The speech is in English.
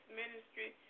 ministry